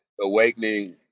awakening